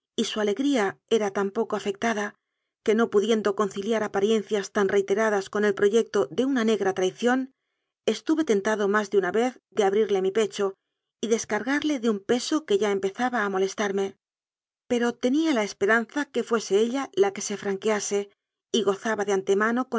y su alegría era tan poco afectada que no pudiendo conciliar aparien cias tan reiteradas con el proyecto de una negra traición estuve tentado más de una vez de abrirle mi pecho y descargarle de un peso que ya empe zaba a molestarme pero tenía la esperanza que fuese ella la que se franquease y gozaba de an